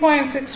இது 14